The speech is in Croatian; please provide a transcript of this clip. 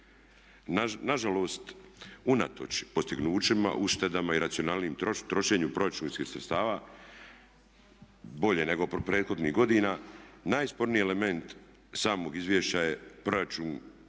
Nažalost unatoč postignućima, uštedama i racionalnijem trošenju proračunskih sredstava bolje nego prethodnih godina najsporniji element samog izvješća je proračun